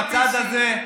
עם הצד הזה,